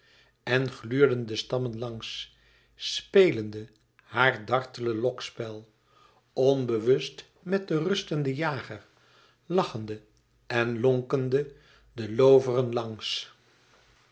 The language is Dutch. en gluurden de stammen langs spelende haar dartele lokspel onbewust met den rustenden jager lachende en lonkende de looveren